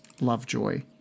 Lovejoy